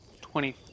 Twenty